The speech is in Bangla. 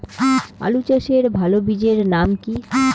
আলু চাষের ভালো বীজের নাম কি?